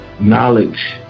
knowledge